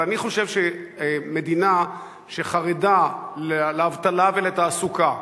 אבל אני חושב שמדינה שחרדה לאבטלה ולתעסוקה,